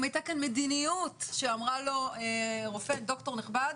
האם הייתה כאן מדיניות שאמרה לו רופא דוקטור נכבד,